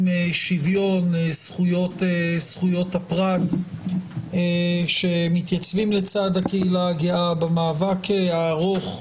שוויון זכויות הפרט שמתייצבים לצד הקהילה הגאה במאבק הארוך,